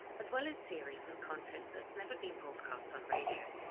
as well as series with content that's never been broadcast on radio.